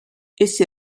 essi